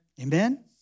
Amen